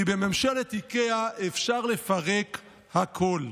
כי בממשלת איקאה אפשר לפרק הכול.